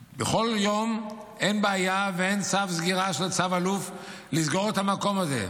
בכל יום אין בעיה ואין צו סגירה של צו אלוף לסגור את המקום הזה,